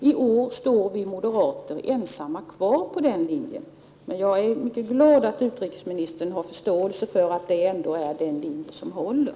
I år står vi moderater ensamma kvar på den linjen, men jag är glad att utrikesministern har förståelse för att det ändå är den linje som håller.